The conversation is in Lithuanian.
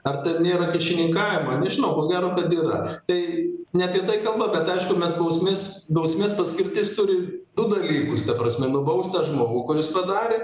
ar ten nėra kyšininkavimo nežinau ko gero kad yra tai ne apie tai kalba bet aišku mes bausmės bausmės paskirtis turi du dalykus ta prasme nubaust tą žmogų kuris padarė